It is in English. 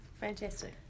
fantastic